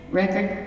record